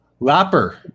Lapper